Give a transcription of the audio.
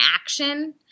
action –